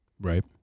Right